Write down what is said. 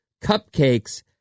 cupcakes